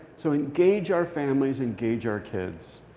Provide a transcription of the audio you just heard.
so engage our families, engage our kids.